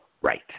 Right